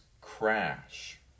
crash